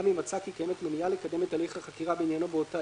גם אם מצא כי קיימת מניעה לקדם את הליך החקירה בעניינו באותה